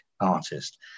artist